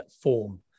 form